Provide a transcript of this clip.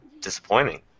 disappointing